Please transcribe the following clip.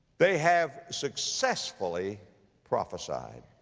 they have successfully prophesied.